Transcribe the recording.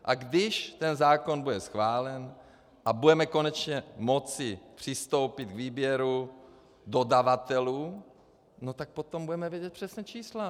A když ten zákon bude schválen a budeme konečně moci přistoupit k výběru dodavatelů, tak potom budeme vědět přesná čísla.